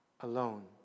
alone